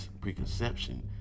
preconception